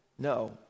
No